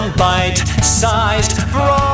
bite-sized